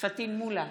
פטין מולא,